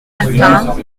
alpins